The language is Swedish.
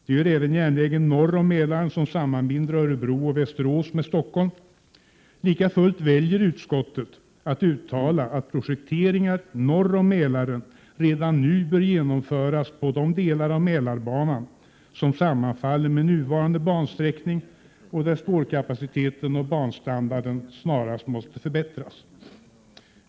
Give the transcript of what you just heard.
Det gör även järnvägen norr om Mälaren som sammanbinder Örebro och Västerås med Stockholm. Likafullt väljer utskottet att uttala att projekteringar norr om Mälaren redan nu bör genomföras på de delar av Mälarbanan som sammanfaller med nuvarande bansträckning och där spårkapaciteten och banstandarden snarast måste förbättras.